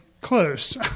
close